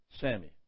Sammy